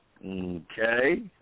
Okay